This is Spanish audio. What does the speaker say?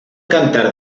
cantar